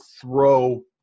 throw